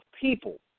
people